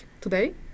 today